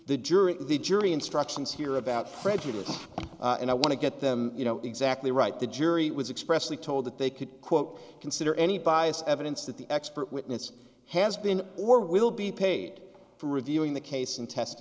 the jury the jury instructions hear about fredricka and i want to get them you know exactly right the jury was expressly told that they could quote consider any biased evidence that the expert witness has been or will be paid for reviewing the case and test